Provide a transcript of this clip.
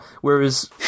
whereas